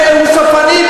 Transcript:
הוא סופני,